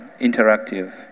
interactive